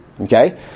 Okay